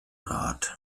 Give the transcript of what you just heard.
rat